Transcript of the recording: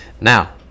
Now